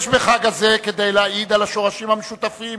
יש בחג הזה כדי להעיד על השורשים המשותפים